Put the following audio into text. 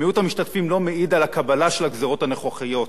מיעוט המשתתפים לא מעיד על הקבלה של הגזירות הנוכחיות,